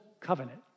Covenant